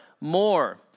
more